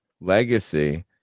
legacy